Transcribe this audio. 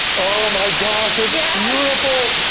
oh my gosh, it's yeah beautiful.